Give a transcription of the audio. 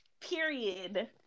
period